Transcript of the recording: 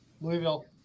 Louisville